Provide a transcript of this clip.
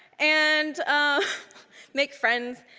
and make friends.